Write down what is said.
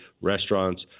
restaurants